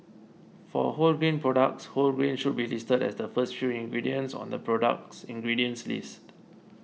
for wholegrain products whole grain should be listed as the first few ingredients on the product's ingredients list